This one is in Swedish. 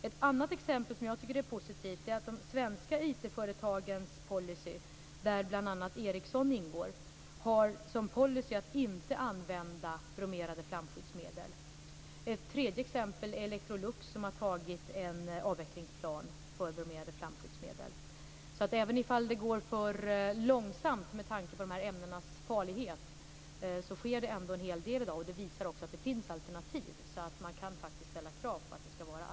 Ett annat exempel som jag tycker är positivt är att de svenska IT-företagen, där bl.a. Ericsson ingår, har som policy att inte använda bromerade flamskyddsmedel. Ett tredje exempel är att Electrolux har antagit en avvecklingsplan för bromerade flamskyddsmedel. Även om det går för långsamt, med tanke på dessa ämnens farlighet, sker det alltså en hel del i dag. Detta visar också att det finns alternativ, så att man faktiskt kan kräva sådana.